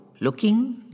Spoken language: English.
looking